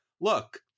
look